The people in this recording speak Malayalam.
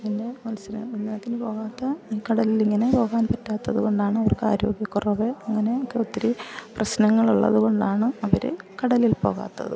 പിന്നെ മൽസ്യബന്ധനത്തിന് പോകാത്ത കടലില് ഇങ്ങനെ പോകാൻ പറ്റാത്തത് കൊണ്ടാണ് അവർക്ക് ആരോഗ്യ കുറവ് അങ്ങനെ ഒക്കെ ഒത്തിരി പ്രശ്നങ്ങളുള്ളത് കൊണ്ടാണ് അവര് കടലിൽ പോകാത്തത്